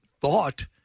thought